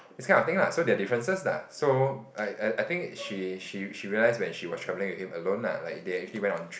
this kind of thing lah so there are differences lah so I I I think she she she realized when she was traveling with him alone lah like they actually went on trip